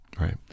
Right